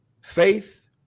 Faith